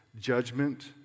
Judgment